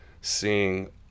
seeing